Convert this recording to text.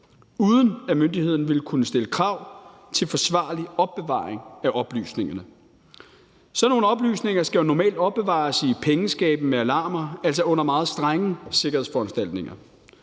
uden at myndigheden ville kunne stille krav til forsvarlig opbevaring af oplysningerne. Sådan nogle oplysninger skal jo normalt opbevares i pengeskabe med alarmer, altså under meget strenge sikkerhedsforanstaltninger.